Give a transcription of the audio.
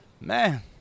Man